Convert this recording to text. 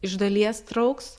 iš dalies trauks